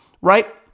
right